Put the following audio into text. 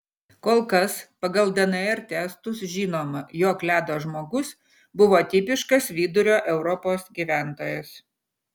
kol kas pagal dnr testus žinoma jog ledo žmogus buvo tipiškas vidurio europos gyventojas